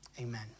Amen